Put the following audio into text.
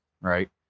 Right